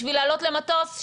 בשביל לעלות למטוס,